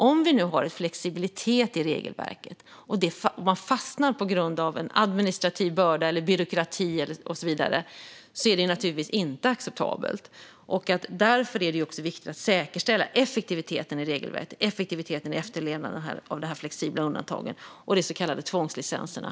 Om vi nu har flexibilitet i regelverket och man fastnar på grund av en administrativ börda, byråkrati och så vidare är det naturligtvis inte acceptabelt. Därför är det också viktigt att säkerställa effektiviteten i regelverket och i efterlevnaden av de flexibla undantagen och de så kallade tvångslicenserna.